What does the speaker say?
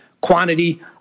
quantity